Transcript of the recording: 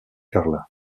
carla